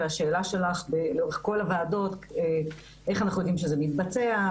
השאלה שלך לאורך כל הוועדות איך אנחנו יודעים שזה מתבצע,